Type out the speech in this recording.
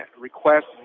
request